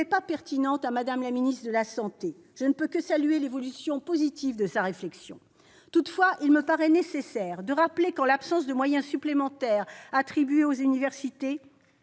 pas pertinente à Mme la ministre de la santé. Je ne peux que saluer l'évolution positive de sa réflexion. Toutefois, il me paraît nécessaire de rappeler que, en l'absence de moyens supplémentaires attribués aux universités,